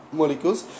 molecules